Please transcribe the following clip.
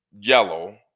yellow